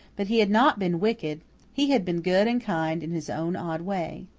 but he had not been wicked he had been good and kind in his own odd way.